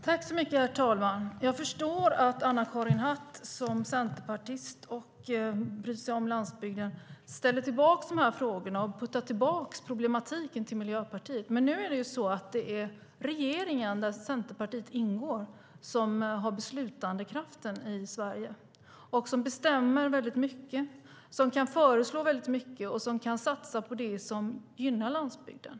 Herr talman! Jag förstår att Anna-Karin Hatt som centerpartist bryr sig om landsbygden och ställer dessa frågor och puttar tillbaka problematiken till Miljöpartiet. Men det är regeringen, där Centerpartiet ingår, som har beslutandekraften i Sverige, som bestämmer mycket, som kan föreslå mycket och som kan satsa på det som gynnar landsbygden.